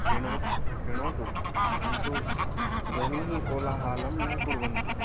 शृण्वत् श्रुणोतु परन्तु ध्वनिः कोलाहलं न कुर्वन्तु